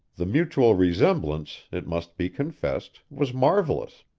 the mutual resemblance, it must be confessed, was marvellous.